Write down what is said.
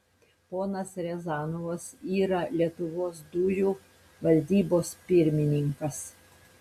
ponas riazanovas yra lietuvos dujų valdybos pirmininkas